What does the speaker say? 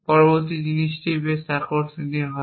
পরবর্তী জিনিসটি বেশ আকর্ষণীয় হবে